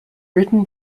written